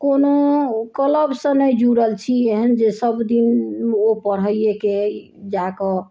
कोनो क्लबसँ नहि जुड़ल छी एहन जे सभदिन ओ पढ़ैएके अइ जा कऽ